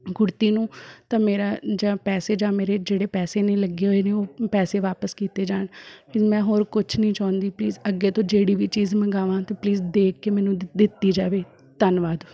ਕੁੜਤੀ ਨੂੰ ਤਾਂ ਮੇਰਾ ਜਾਂ ਪੈਸੇ ਜਾਂ ਮੇਰੇ ਜਿਹੜੇ ਪੈਸੇ ਨੇ ਲੱਗੇ ਹੋਏ ਨੇ ਉਹ ਪੈਸੇ ਵਾਪਸ ਕੀਤੇ ਜਾਣ ਫਿਰ ਮੈਂ ਹੋਰ ਕੁਝ ਨਹੀਂ ਚਾਹੁੰਦੀ ਪਲੀਜ਼ ਅੱਗੇ ਤੋਂ ਜਿਹੜੀ ਵੀ ਚੀਜ਼ ਮੰਗਾਵਾਂ ਤਾਂ ਪਲੀਜ਼ ਦੇਖ ਕੇ ਮੈਨੂੰ ਦਿੱਤੀ ਜਾਵੇ ਧੰਨਵਾਦ